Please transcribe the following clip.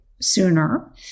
sooner